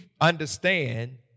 understand